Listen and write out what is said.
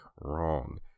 Wrong